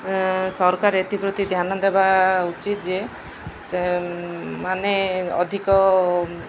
ସରକାର ଏଥିପ୍ରତି ଧ୍ୟାନ ଦେବା ଉଚିତ ଯେ ସେ ମାନେ ଅଧିକ